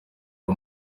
ari